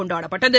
கொண்டாடப்பட்டது